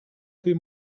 tej